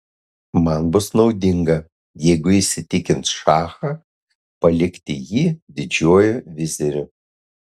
man bus naudinga jeigu jis įtikins šachą palikti jį didžiuoju viziriu